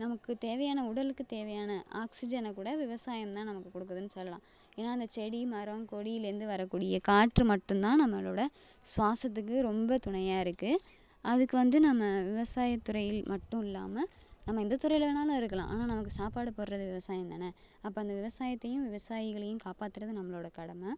நமக்கு தேவையான உடலுக்கு தேவையான ஆக்சிஜனை கூட விவசாயம் தான் நமக்கு கொடுக்குதுன்னு சொல்லலாம் ஏன்னால் அந்த செடி மரம் கொடியிலேருந்து வரக்கூடிய காற்று மட்டும்தான் நம்மளோடய சுவாசத்துக்கு ரொம்ப துணையாக இருக்குது அதுக்கு வந்து நம்ம விவசாயத்துறையில் மட்டும் இல்லாமல் நம்ம எந்த துறையில் வேணாலும் இருக்கலாம் ஆனால் நமக்கு சாப்பாடு போடுறது விவசாயம் தானே அப்போ அந்த விவசாயத்தையும் விவசாயிகளையும் காப்பாற்றுறது நம்மளோடய கடமை